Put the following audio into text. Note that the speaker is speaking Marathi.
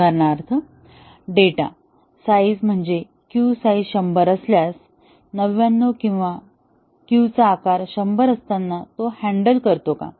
उदाहरणार्थ डेटा साईझ म्हणजे क्यू साईझ 100 असल्यास 99 किंवा क्यू चा आकार 100 असताना तो हॅन्डल करतो का